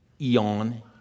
eon